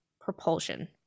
propulsion